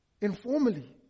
informally